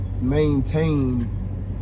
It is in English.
maintain